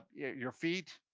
your feet,